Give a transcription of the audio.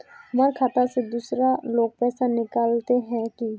हमर खाता से दूसरा लोग पैसा निकलते है की?